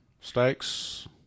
steaks